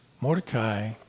Mordecai